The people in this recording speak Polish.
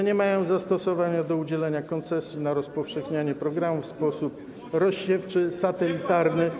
Nie mają zastosowania do udzielania koncesji na rozpowszechnianie programów w sposób rozsiewczy satelitarny.